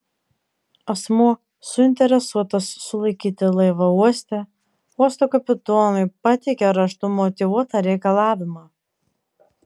asmuo suinteresuotas sulaikyti laivą uoste uosto kapitonui pateikia raštu motyvuotą reikalavimą